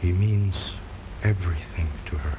he means everything to her